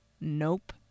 nope